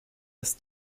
dass